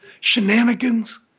shenanigans